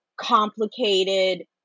complicated